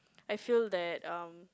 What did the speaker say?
I feel that um